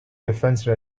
defence